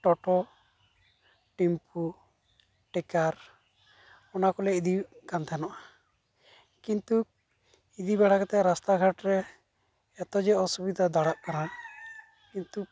ᱴᱳᱴᱳ tempo ᱴᱮᱠᱟᱨ ᱚᱱᱟᱠᱚ ᱞᱮ ᱤᱫᱤᱣᱠᱟᱱ ᱛᱟᱦᱮᱱᱚᱜᱼᱟ ᱠᱤᱱᱛᱩ ᱤᱫᱤ ᱵᱟᱲᱟ ᱠᱟᱛᱮᱫ ᱨᱟᱥᱛᱟ ᱜᱷᱟᱴᱨᱮ ᱮᱛᱚᱡᱮ ᱚᱥᱩᱵᱤᱛᱟ ᱫᱟᱲᱟᱜ ᱠᱟᱱᱟ ᱠᱤᱱᱛᱩ